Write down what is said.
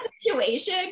situation